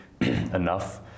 enough